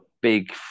big